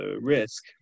risk